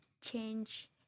change